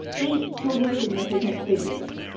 eight total significant figures.